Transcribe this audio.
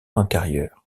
intérieurs